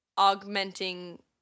Augmenting